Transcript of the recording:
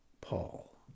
Paul